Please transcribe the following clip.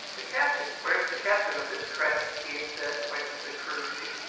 the captain where's the captain, of this craft? he said, pointing to the curlew.